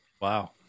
Wow